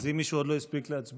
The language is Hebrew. אז אם מישהו עוד לא הספיק להצביע,